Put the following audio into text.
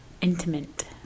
intimate